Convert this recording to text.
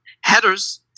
headers